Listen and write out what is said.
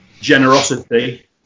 generosity